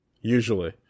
Usually